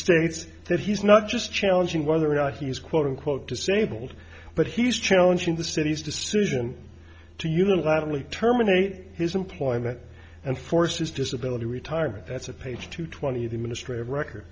states that he's not just challenging whether or not he is quote unquote disabled but he's challenging the city's decision to unilaterally terminate his employment and forces disability retirement that's at page two twenty the ministry of r